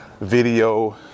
video